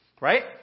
Right